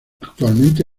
actualmente